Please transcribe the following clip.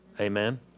Amen